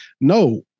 no